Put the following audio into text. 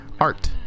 Art